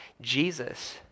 Jesus